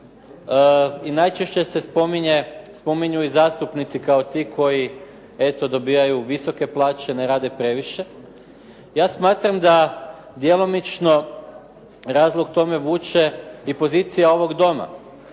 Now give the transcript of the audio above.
i najčešće se spominju i zastupnici kao ti koji eto dobijaju visoke plaće a ne rade previše. Ja smatram da djelomično razlog tome vuče i pozicija ovog doma.